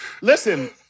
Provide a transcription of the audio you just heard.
listen